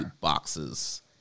boxes